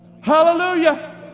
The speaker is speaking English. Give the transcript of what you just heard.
Hallelujah